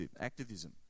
activism